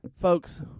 Folks